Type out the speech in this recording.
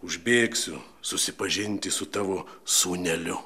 užbėgsiu susipažinti su tavo sūneliu